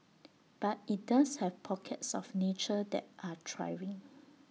but IT does have pockets of nature that are thriving